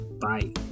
Bye